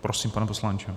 Prosím, pane poslanče.